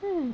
hmm